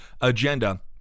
agenda